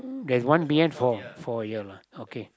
there's one B N for for ya lah okay